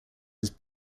his